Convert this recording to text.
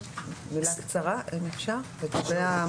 מילה, רק אם אפשר?